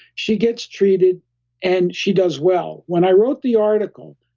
she gets treated and she does well. when i wrote the article,